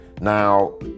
Now